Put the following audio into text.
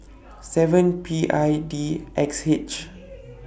seven P I D X H